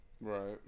Right